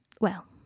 Well